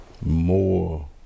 more